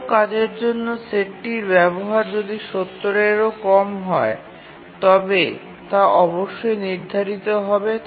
কোনও কাজের জন্য সেটটির ব্যবহার যদি ৭০ এরও কম হয় তবে তা অবশ্যই নির্ধারিত হবে